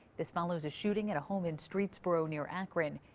this follows a shooting at a home in streetsboro, near akron.